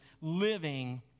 living